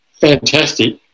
fantastic